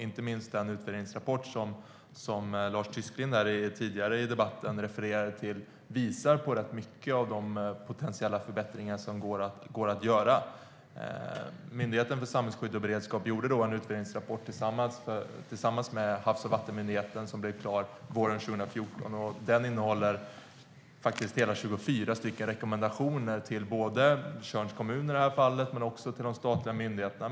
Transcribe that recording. Inte minst den utvärderingsrapport som Lars Tysklind refererade till tidigare i debatten visar på många förbättringar som går att göra. Myndigheten för samhällsskydd och beredskap skrev en utvärderingsrapport tillsammans med Havs och vattenmyndigheten som blev klar våren 2014. Den innehåller hela 24 rekommendationer till Tjörns kommun och de statliga myndigheterna.